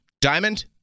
Diamond